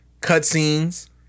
cutscenes